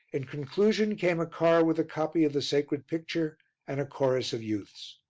in conclusion came a car with a copy of the sacred picture and a chorus of youths.